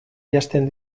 janzten